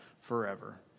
forever